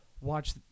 watch